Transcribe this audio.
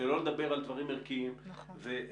שלא לדבר על דברים ערכיים ואחרים.